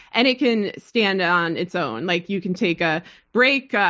and it can stand on its own. like you can take a break. ah